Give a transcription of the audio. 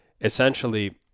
essentially